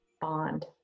bond